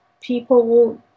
People